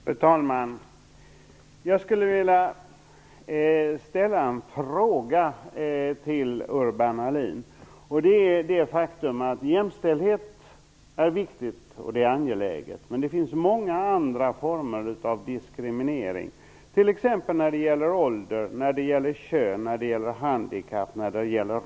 Fru talman! Jag skulle vilja ställa en fråga till Urban Ahlin. Jämställdhet är viktigt, och det är angeläget, men det finns många andra former av diskriminering, t.ex. när det gäller ålder, handikapp, ras, religion och hudfärg.